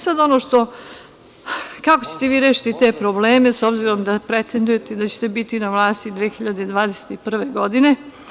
Sad, kako ćete vi rešiti te probleme s obzirom da pretendujete da ćete biti na vlasti 2021. godine?